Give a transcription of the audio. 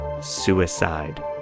suicide